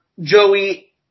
Joey